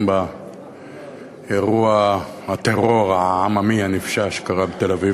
באירוע הטרור העממי הנפשע שקרה בתל-אביב.